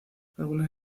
algunas